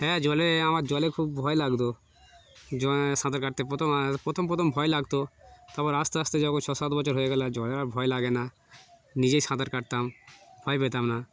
হ্যাঁ জলে আমার জলে খুব ভয় লাগত জ সাঁতার কাটতে প্রথম প্রথম প্রথম ভয় লাগত তারপর আস্তে আস্তে যখন ছ সাত বছর হয়ে গেল আর জলে আর ভয় লাগে না নিজেই সাঁতার কাটতাম ভয় পেতাম না